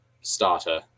starter